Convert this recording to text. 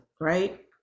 right